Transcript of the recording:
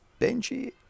Benji